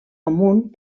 amunt